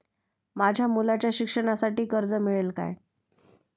माझ्या मुलाच्या शिक्षणासाठी कर्ज मिळेल काय?